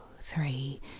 three